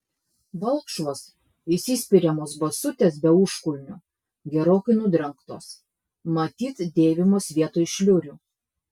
balkšvos įsispiriamos basutės be užkulnių gerokai nudrengtos matyt dėvimos vietoj šliurių